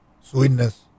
sweetness